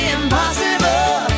impossible